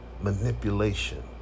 manipulation